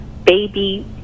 baby